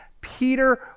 Peter